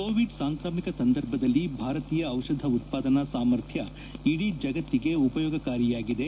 Covid ಸಾಂಕ್ರಾಮಿಕ ಸಂದರ್ಭದಲ್ಲಿ ಭಾರತೀಯ ಜಿಷಧಿ ಉತ್ತಾದನಾ ಸಾಮರ್ಥ್ನ ಇಡೀ ಜಗತ್ತಿಗೆ ಉಪಯೋಗಕಾರಿಯಾಗಿದೆ